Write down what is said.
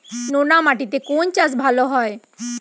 নোনা মাটিতে কোন চাষ ভালো হয়?